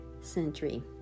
century